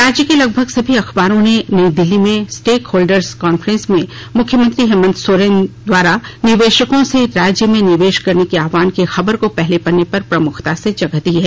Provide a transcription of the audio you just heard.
राज्य के लगभग सभी अखबारों ने नई दिल्ली में स्टेकहोल्डर्स कांफ्रेस में मुख्यमंत्री हेमंत सोरेन द्वारा निवेशकों से राज्य में निवेश करने के आहवान की खबर को पहले पन्ने पर प्रमुखता से जगह दी है